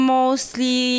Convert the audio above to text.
mostly